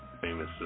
famous